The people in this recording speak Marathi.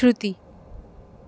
श्रुती